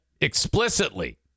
explicitly